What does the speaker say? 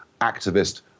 activist